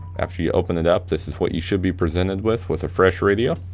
after you open it up this is what you should be presented with, with a fresh radio.